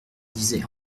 disait